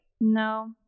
no